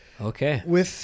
Okay